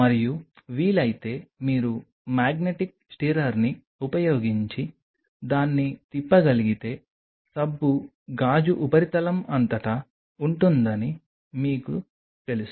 మరియు వీలైతే మీరు మాగ్నెటిక్ స్టిరర్ని ఉపయోగించి దాన్ని తిప్పగలిగితే సబ్బు గాజు ఉపరితలం అంతటా ఉంటుందని మీకు తెలుసు